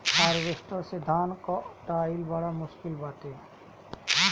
harvester से धान कअ कटाई बड़ा मुश्किल बाटे